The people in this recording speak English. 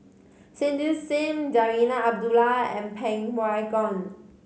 Cindy Sim Zarinah Abdullah and Yeng Pway Ngon